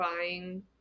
buying